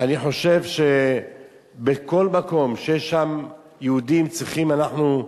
אני חושב שבכל מקום שיש שם יהודים, צריכים אנחנו,